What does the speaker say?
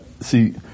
see